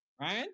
Right